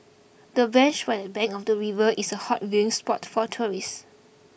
the bench by the bank of the river is a hot viewing spot for tourists